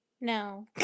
No